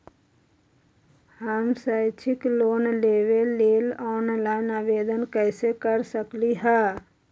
हम शैक्षिक लोन लेबे लेल ऑनलाइन आवेदन कैसे कर सकली ह?